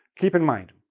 keep in mind,